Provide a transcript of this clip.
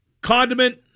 condiment